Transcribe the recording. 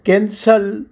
cancel